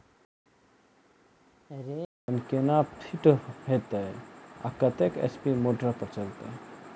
Rain gun केना fit हेतइ आ कतेक एच.पी मोटर पर चलतै?